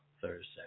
Thursday